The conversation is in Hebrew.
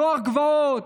נוער גבעות,